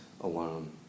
alone